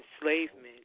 enslavement